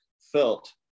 felt